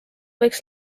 võiks